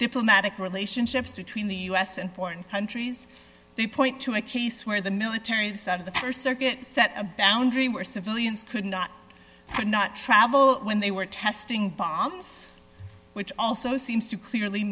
diplomatic relationships between the us and foreign countries they point to a case where the military side of the st circuit set a boundary where civilians could not could not travel when they were testing bombs which also seems to clearly